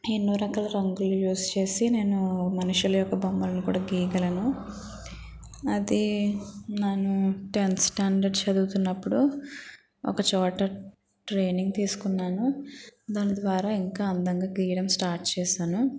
ఎన్నో రకాల రంగులు యూస్ చేసి నేను మనుషులు యొక్క బొమ్మలను కూడా గీయగలను అది నన్ను టెన్త్ స్టాండర్డ్ చదువుతున్నప్పుడు ఒక చోట ట్రైనింగ్ తీసుకున్నాను దాని ద్వారా ఇంకా అందంగా గీయడం స్టార్ట్ చేశాను